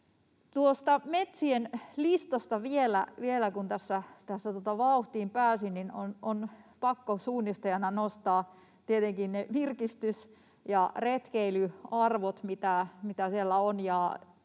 metsien listasta vielä, kun tässä vauhtiin pääsin, on pakko suunnistajana nostaa tietenkin ne virkistys- ja retkeilyarvot, mitä siellä on,